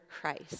Christ